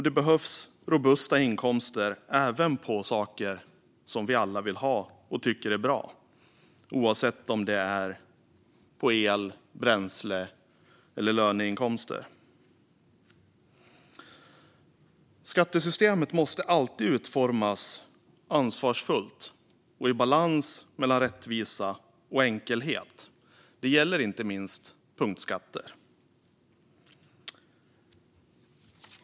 Det behövs robusta inkomster även från saker som vi alla vill ha och tycker är bra, oavsett om det är el, bränsle eller löneinkomster. Skattesystemet måste alltid utformas ansvarsfullt och i balans mellan rättvisa och enkelhet. Det gäller inte minst punktskatter.